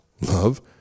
love